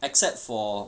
except for